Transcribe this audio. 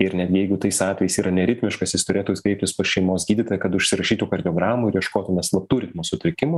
ir net jeigu tais atvejais yra neritmiškas jis turėtų kreiptis pas šeimos gydytoją kad užsirašytų kardiogramų ieškotume slaptų ritmo sutrikimų